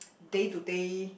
day to day